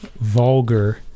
vulgar